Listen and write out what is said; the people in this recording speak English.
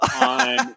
on